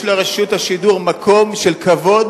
יש לרשות השידור מקום של כבוד